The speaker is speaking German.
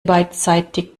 beidseitig